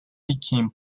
became